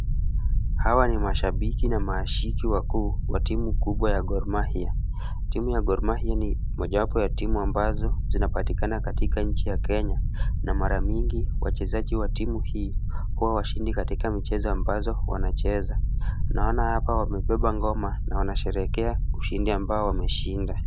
Hawa ni mashabiki na maashiki wakuu wa timu kubwa ya Gor Mahia. Timu ya Gor Mahia ni mojawapo ya timu ambazo zinapatikana katika nchi ya kenya na mara mingi wachezaji wa timu hii huwa washindi katika michezo ambazo wanacheza. Naona hapa wamebeba ngoma na wanasherehekea ushindi ambao wameshinda.